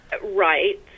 Right